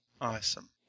Awesome